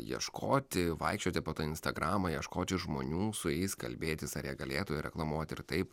ieškoti vaikščioti po tą instagramą ieškoti žmonių su jais kalbėtis ar jie galėtų reklamuoti ir taip